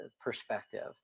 perspective